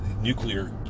nuclear